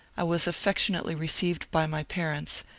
i was affectionately received by my parents,